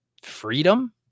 freedom